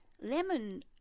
lemon